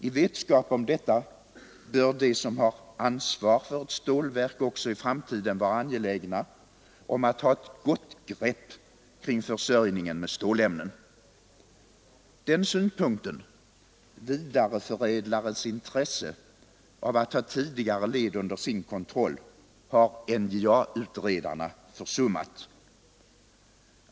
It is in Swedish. I vetskap om detta bör de som har ansvar för stålverk också i framtiden vara angelägna om att ha ett gott grepp kring försörjningen med stålämnen. Den synpunkten — vidareförädlarens intresse av att ha tidigare led under sin kontroll — har NJA-utredarna försummat.